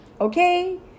Okay